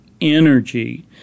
energy